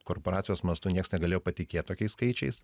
korporacijos mastu niekas negalėjo patikėt tokiais skaičiais